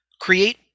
create